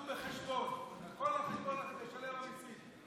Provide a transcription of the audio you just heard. בחשבון, הכול על חשבון משלם המיסים,